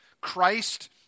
Christ